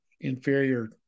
inferior